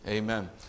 Amen